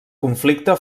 conflicte